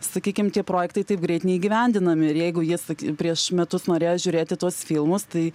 sakykim tie projektai taip greit neįgyvendinami ir jeigu jie sak prieš metus norėjo žiūrėti tuos filmus tai